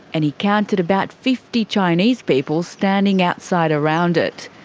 and he counted about fifty chinese people standing outside around it.